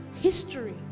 history